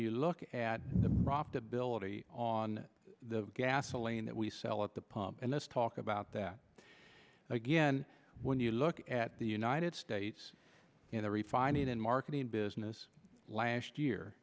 you look at the profitability on the gasoline that we sell at the pump and this talk about that again when you look at the united states in the refining and marketing business last year